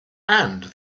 and